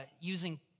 using